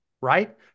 Right